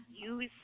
use